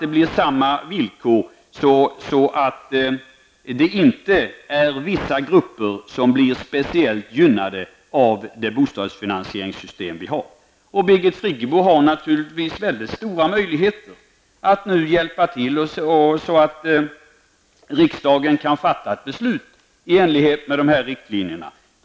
Villkoren skall bli desamma, så att inte vissa grupper blir speciellt gynnade av det bostadsfinansieringssystem vi har. Birgit Friggebo har naturligtvis mycket stora möjligheter att hjälpa till, så att riksdagen kan fatta ett beslut i enlighet med de här riktlinjerna.